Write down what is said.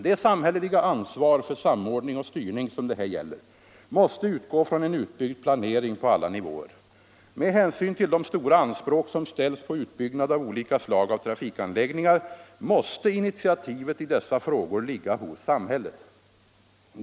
Det samhälleliga ansvar för samordning och styrning som det här gäller måste utgå från en utbyggd planering på alla nivåer. Med hänsyn till de stora anspråk som ställs på utbyggnad av olika slag av trat*ikanläggningar måste initiativet i dessa frågor ligga hos samhället.